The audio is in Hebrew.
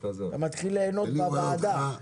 אתה מתחיל ליהנות מן הוועדה.